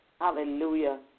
Hallelujah